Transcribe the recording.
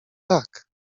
tak